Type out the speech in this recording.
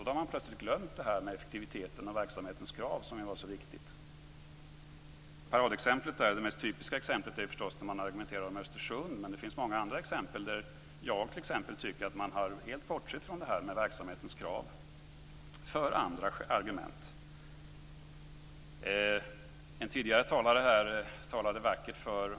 Då har man glömt detta med effektiviteten och verksamhetens krav som var så viktigt. Det mest typiska exemplet är när man argumenterar om Östersund, men det finns många andra exempel. Jag tycker t.ex. att man helt har bortsett från detta med verksamhetens krav till förmån för andra argument.